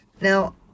Now